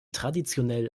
traditionell